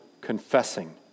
confessing